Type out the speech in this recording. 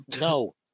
No